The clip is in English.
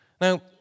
Now